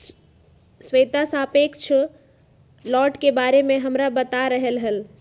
श्वेता सापेक्ष लौटे के बारे में हमरा बता रहले हल